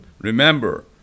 Remember